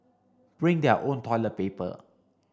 bring their own toilet paper